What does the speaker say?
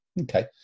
okay